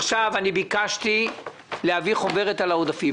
ביקשתי להביא חוברת של העודפים.